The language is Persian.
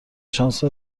شانس